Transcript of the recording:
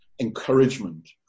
encouragement